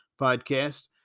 podcast